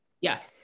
Yes